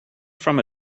from